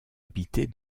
habitée